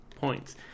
points